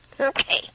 Okay